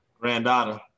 Granddaughter